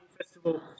festival